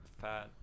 fat